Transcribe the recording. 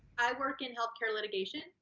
i work in healthcare litigation.